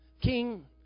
king